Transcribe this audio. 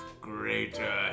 greater